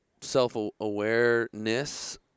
self-awareness